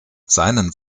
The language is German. seinen